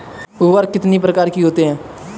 उर्वरक कितनी प्रकार के होते हैं?